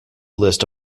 list